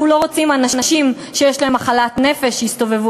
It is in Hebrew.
אנחנו לא רוצים שאנשים שיש להם מחלת נפש יסתובבו